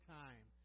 time